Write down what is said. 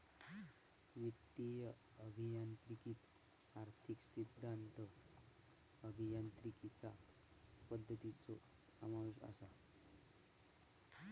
वित्तीय अभियांत्रिकीत आर्थिक सिद्धांत, अभियांत्रिकीचा पद्धतींचो समावेश असा